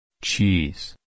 Cheese